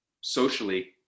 socially